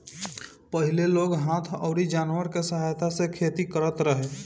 पहिले लोग हाथ अउरी जानवर के सहायता से खेती करत रहे